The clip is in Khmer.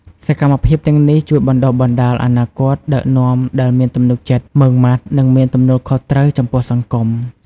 សកម្មភាពទាំងនេះជួយបណ្តុះបណ្ដាលអនាគតដឹកនាំដែលមានទំនុកចិត្ត មុឺងម៉ាត់ និងមានទំនួលខុសត្រូវចំពោះសង្គម។